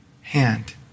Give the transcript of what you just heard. hand